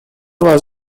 was